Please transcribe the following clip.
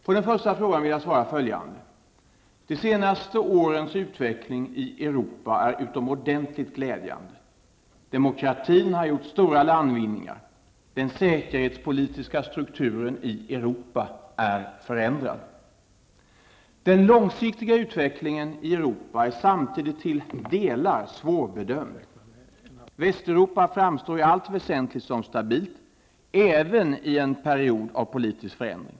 På den första frågan vill jag svara följande. De senaste årens utveckling i Europa är utomordentligt glädjande. Demokratin har gjort stora landvinningar. Den säkerhetspolitiska strukturen i Europa är förändrad. Den långsiktiga utvecklingen i Europa är samtidigt till delar svårbedömd. Västeuropa framstår i allt väsentligt som stabilt, även i en period av politisk förändring.